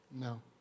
No